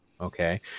Okay